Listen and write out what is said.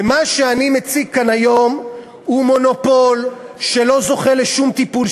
ומה שאני מציג כאן היום הוא מונופול שלא זוכה לשום טיפול,